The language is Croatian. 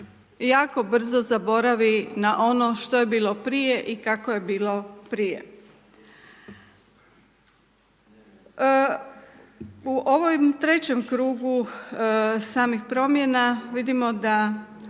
jako brzo zaboravi na ono što je bilo prije i kako je bilo prije. U ovom trećem krugu samih promjena, vidimo da